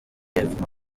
y’epfo